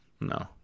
No